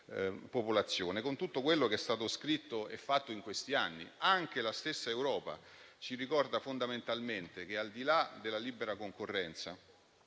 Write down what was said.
popolazione, con tutto quello che è stato scritto e fatto in questi anni. La stessa Europa ci ricorda fondamentalmente che, al di là della libera concorrenza,